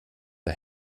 det